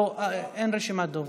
לא, אין רשימת דוברים.